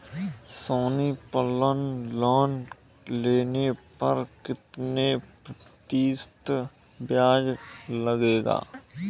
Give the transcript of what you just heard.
सोनी पल लोन लेने पर कितने प्रतिशत ब्याज लगेगा?